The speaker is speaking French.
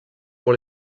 pour